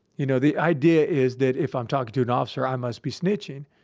you know, the idea is that if i'm talking to an officer, i must be snitching.